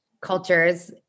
cultures